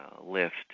lift